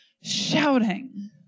shouting